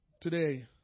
Today